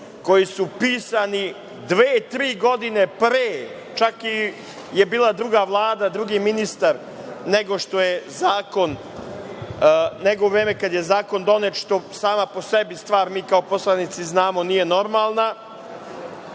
koji su pisani dve, tri godine pre, čak je bila druga Vlada, drugi ministar, nego u vreme kad je zakon donet, što sama po sebi stvar, mi kao poslanici znamo, nije normalna.